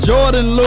Jordan